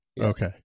Okay